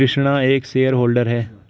कृष्णा एक shareholder है